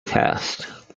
past